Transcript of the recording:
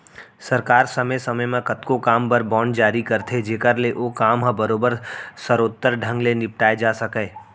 सरकार समे समे म कतको काम बर बांड जारी करथे जेकर ले ओ काम ह बरोबर सरोत्तर ढंग ले निपटाए जा सकय